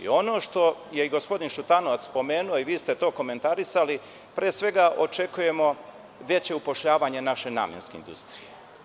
Ono što je i gospodin Šutanovac spomenuo, vi ste to komentarisali, pre svega očekujemo veće upošljavanje naše namenske industrije.